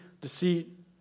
deceit